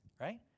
right